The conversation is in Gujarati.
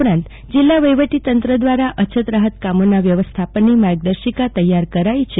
ઉપરાંત જીલ્લા વફીવટીતંત્ર દ્વારા અછત રાફત વ્યવસ્થાપનની માર્ગદર્શિકા તૈયાર કરાઈ છે